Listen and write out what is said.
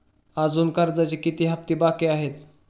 अजुन कर्जाचे किती हप्ते बाकी आहेत?